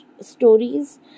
stories